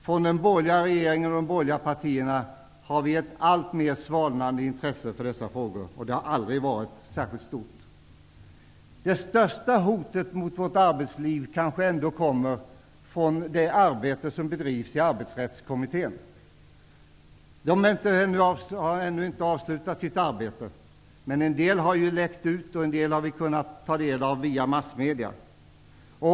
Från den borgerliga regeringen och de borgerliga partierna finns det ett alltmer svalnande intresse för dessa frågor, och deras intresse har aldrig varit särskilt stort. Det största hotet mot vårt arbetsliv kanske ändå kommer från det arbete som bedrivs i Arbetsrättskommittén. Kommittén har ännu inte avslutat sitt arbete, men en del har läckt ut, och en del har vi kunnat ta del av via massmedierna.